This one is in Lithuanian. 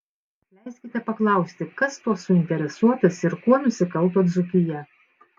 leiskite paklausti kas tuo suinteresuotas ir kuo nusikalto dzūkija